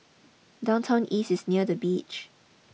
downtown East is near the beach